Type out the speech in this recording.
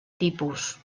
tipus